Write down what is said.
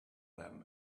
them